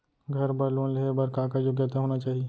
घर बर लोन लेहे बर का का योग्यता होना चाही?